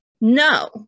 no